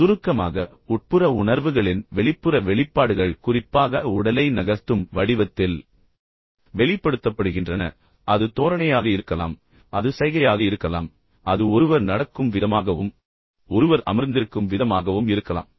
சுருக்கமாக உட்புற உணர்வுகளின் வெளிப்புற வெளிப்பாடுகள் குறிப்பாக உடலை நகர்த்தும் வடிவத்தில் வெளிப்படுத்தப்படுகின்றன எனவே அது தோரணையாக இருக்கலாம் அது சைகையாக இருக்கலாம் அது ஒருவர் நடக்கும் விதமாகவும் ஒருவர் அமர்ந்திருக்கும் விதமாகவும் இருக்கலாம்